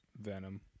venom